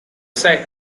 site